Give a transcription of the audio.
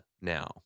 now